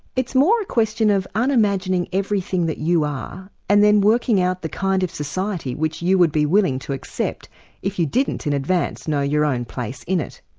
it's more a question of unimagining everything that you are, and then working out the kind of society which you would be willing to accept if you didn't in advance know your own place in it.